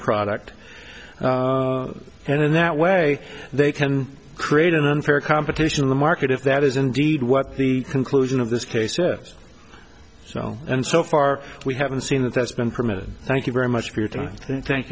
product and in that way they can create an unfair competition in the market if that is indeed what the conclusion of this case if so and so far we haven't seen that that's been permitted thank you very much for your time thank